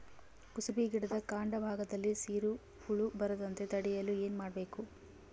ಕುಸುಬಿ ಗಿಡದ ಕಾಂಡ ಭಾಗದಲ್ಲಿ ಸೀರು ಹುಳು ಬರದಂತೆ ತಡೆಯಲು ಏನ್ ಮಾಡಬೇಕು?